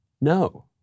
No